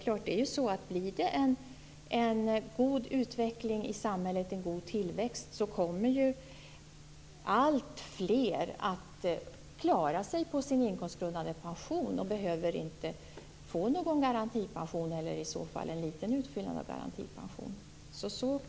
Om det blir en god utveckling i samhället med en god tillväxt kommer ju alltfler att klara sig på sin inkomstgrundade pension och behöver inte få någon garantipension eller bara en liten utfyllnad av garantipensionen.